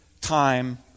time